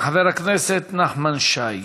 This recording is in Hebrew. חבר הכנסת נחמן שי.